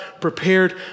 prepared